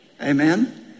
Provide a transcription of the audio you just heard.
Amen